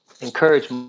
encourage